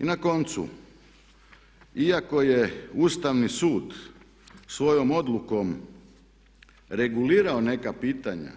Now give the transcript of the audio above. I na koncu, iako je Ustavni sud svojom odlukom regulirao neka pitanja